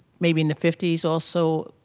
maybe in the fifty s or so.